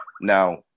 Now